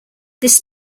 this